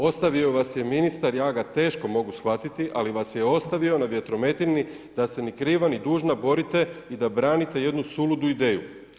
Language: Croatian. Ostavio vas je ministar, ja ga teško mogu shvatiti ali vas je ostavio na vjetrometini da se ni kriva ni dužna borite i da branite jednu suludu ideju.